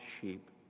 sheep